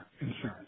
insurance